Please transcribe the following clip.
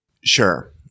sure